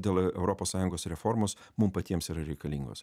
dėl europos sąjungos reformos mum patiems yra reikalingos